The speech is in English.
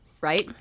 right